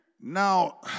Now